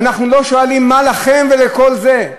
ואנחנו לא שואלים מה לכם ולכל זה.